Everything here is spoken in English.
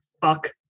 fuck